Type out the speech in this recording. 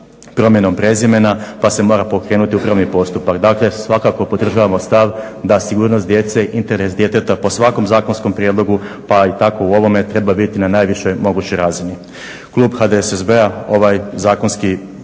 promjenom prezimena pa se mora pokrenuti upravni postupak. Dakle, svakako podržavamo stav da sigurnost djece, interes djeteta po svakom zakonskom prijedlogu, pa tako i u ovome treba biti na najvišoj mogućoj razini. Klub HDSSB-a ovaj zakonski